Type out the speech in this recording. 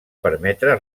permetre